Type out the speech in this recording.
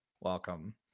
welcome